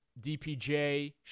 DPJ